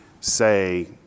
say